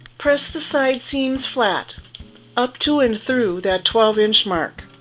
press the side seams flat up to and through that twelve inch mark.